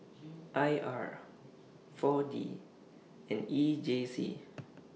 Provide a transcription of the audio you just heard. I R four D and E J C